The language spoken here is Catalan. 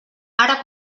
ara